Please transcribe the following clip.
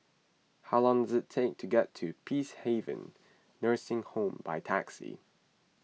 how long does it take to get to Peacehaven Nursing Home by taxi